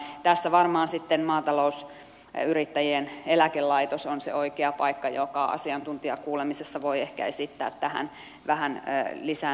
tässä varmaan sitten maatalousyrittäjien eläkelaitos on se oikea paikka joka asiantuntijakuulemisessa voi ehkä esittää tähän vähän lisänäkemystä